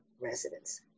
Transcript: residents